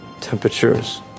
Temperatures